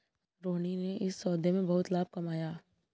रोहिणी ने इस सौदे में बहुत लाभ कमाया